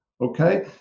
okay